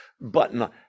button